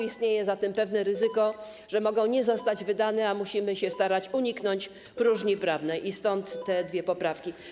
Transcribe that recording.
Istnieje zatem pewne ryzyko, że mogą nie zostać wydane, a musimy się starać uniknąć próżni prawnej, stąd te dwie poprawki.